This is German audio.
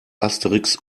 asterix